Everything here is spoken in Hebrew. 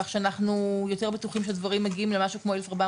כך שאנחנו יותר בטוחים שהדברים מגיעים למשהו כמו 1,400